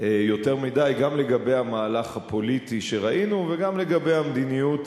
יותר מדי גם לגבי המהלך הפוליטי שראינו וגם לגבי המדיניות.